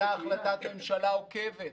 הייתה החלטת ממשלה עוקבת.